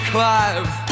Clive